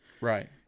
Right